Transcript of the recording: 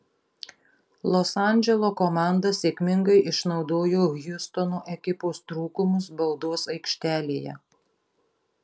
los andželo komanda sėkmingai išnaudojo hjustono ekipos trūkumus baudos aikštelėje